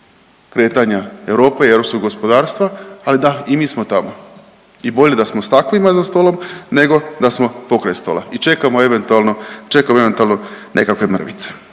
kretanja Europe i europskog gospodarstva. Ali da i mi smo tamo i bolje da smo s takvima za stolom nego da smo pokraj stola i čekamo eventualno, čekamo